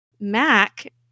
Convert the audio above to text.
Mac